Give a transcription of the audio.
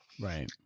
Right